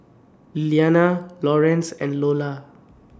Lilliana Lorenz and Iola